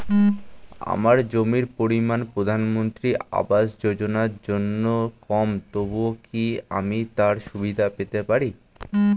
আমার জমির পরিমাণ প্রধানমন্ত্রী আবাস যোজনার জন্য কম তবুও কি আমি তার সুবিধা পেতে পারি?